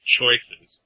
choices